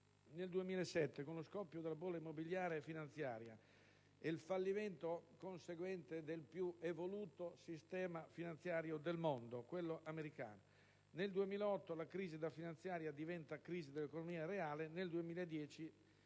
nel 2007 con lo scoppio della bolla immobiliare e finanziaria ed il conseguente fallimento del più evoluto sistema finanziario del mondo, quello americano; nel 2008 la crisi da finanziaria diventa crisi dell'economia reale e, nel maggio